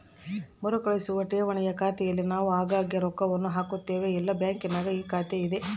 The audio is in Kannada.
ಮರುಕಳಿಸುವ ಠೇವಣಿಯ ಖಾತೆಯಲ್ಲಿ ನಾವು ಆಗಾಗ್ಗೆ ರೊಕ್ಕವನ್ನು ಹಾಕುತ್ತೇವೆ, ಎಲ್ಲ ಬ್ಯಾಂಕಿನಗ ಈ ಖಾತೆಯಿದೆ